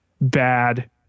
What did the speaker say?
bad